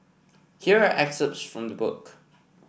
here are excerpts from the book